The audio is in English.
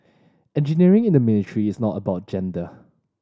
engineering in the military is not about gender